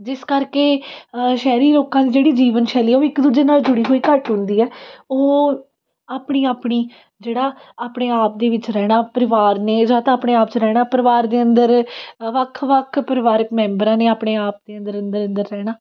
ਜਿਸ ਕਰਕੇ ਸ਼ਹਿਰੀ ਲੋਕਾਂ ਦੀ ਜਿਹੜੀ ਜੀਵਨ ਸ਼ੈਲੀ ਹੈ ਉਹ ਵੀ ਇੱਕ ਦੂਜੇ ਨਾਲ਼ ਜੁੜੀ ਹੋਈ ਘੱਟ ਹੁੰਦੀ ਹੈ ਉਹ ਆਪਣੀ ਆਪਣੀ ਜਿਹੜਾ ਆਪਣੇ ਆਪ ਦੇ ਵਿੱਚ ਰਹਿਣਾ ਪਰਿਵਾਰ ਨੇ ਜਾਂ ਤਾਂ ਆਪਣੇ ਆਪ 'ਚ ਰਹਿਣਾ ਪਰਿਵਾਰ ਦੇ ਅੰਦਰ ਵੱਖ ਵੱਖ ਪਰਿਵਾਰਿਕ ਮੈਂਬਰਾਂ ਨੇ ਆਪਣੇ ਆਪ ਦੇ ਅੰਦਰ ਅੰਦਰ ਅੰਦਰ ਰਹਿਣਾ